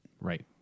Right